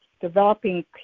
developing